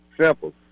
Simple